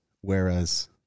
Whereas